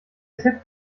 tipp